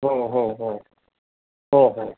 हो हो हो हो हो